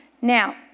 Now